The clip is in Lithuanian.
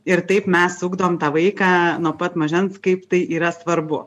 ir taip mes ugdom tą vaiką nuo pat mažens kaip tai yra svarbu